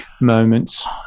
moments